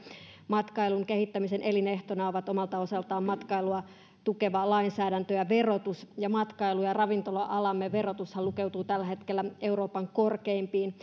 matkailun kehittämisen elinehtona ovat omalta osaltaan matkailua tukeva lainsäädäntö ja verotus ja matkailu ja ravintola alamme verotushan lukeutuu tällä hetkellä euroopan korkeimpiin